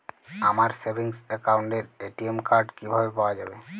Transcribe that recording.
আমার সেভিংস অ্যাকাউন্টের ATM card কিভাবে পাওয়া যাবে?